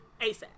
ASAP